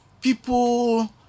People